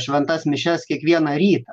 šventas mišias kiekvieną rytą